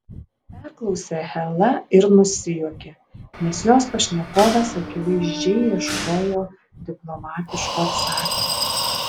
perklausė hela ir nusijuokė nes jos pašnekovas akivaizdžiai ieškojo diplomatiško atsakymo